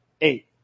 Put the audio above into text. Eight